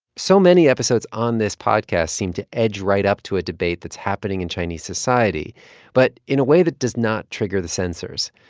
so many episodes on this podcast seem to edge right up to a debate that's happening in chinese society but in a way that does not trigger the censors.